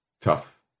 Tough